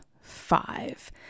five